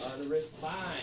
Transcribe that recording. Unrefined